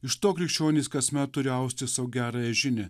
iš to krikščionys kasmet turi austi sau gerąją žinią